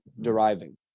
deriving